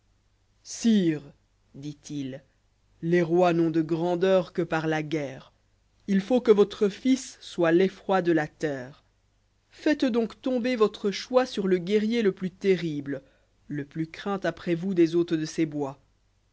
dit-il les rois n'ont de grandeur que'p'ar là guerre ii faut que votre fiîs'soit l'effroi dé la terre faites donc tomber votre choix sur le guerrier le plus terrible le plus craint après vous des hôtes de ces bois